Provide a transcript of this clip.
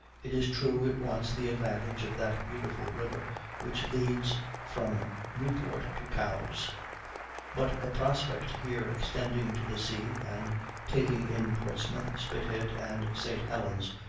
it is true it wants the advantage of that beautiful river which leads from newport to cowes but the prospect here extending to the sea, and taking in portsmouth, spithead, and st. helen's,